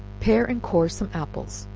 pare and core some apples,